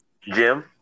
Jim